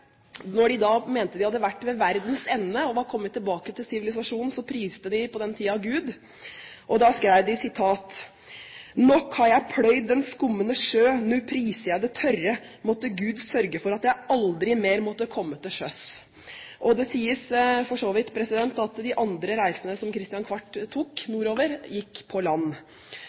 de mente at de hadde vært ved verdens ende og var kommet tilbake til sivilisasjonen, skrevet – og på den tiden priste de Gud: Nok har jeg pløyd den skummende sjø, nå priser jeg det tørre. Måtte Gud sørge for at jeg aldri mer måtte komme til sjøs. Det sies for så vidt at de andre reisene som Christian IV tok nordover, gikk på land.